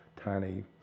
tiny